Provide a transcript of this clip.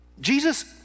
Jesus